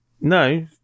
No